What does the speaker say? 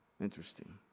Interesting